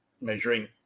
measuring